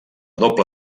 doble